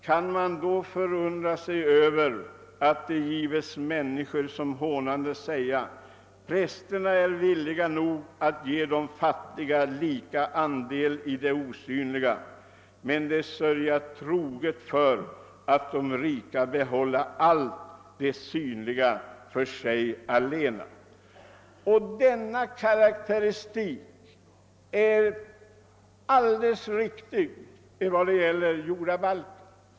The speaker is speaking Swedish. Kan man då förundra sig över, att det gives människor, som hånande säga: ”Prästerna äro villiga nog att ge de fattiga lika andel i det osynliga, men de sörja troget för, att de rika behålla allt det synliga för sig allena.» Denna karakteristik stämmer helt in på förslaget till jordabalk.